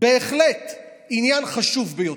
בהחלט עניין חשוב ביותר.